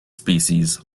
species